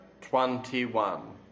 Twenty-one